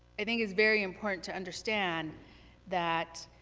i think it's very important to understand that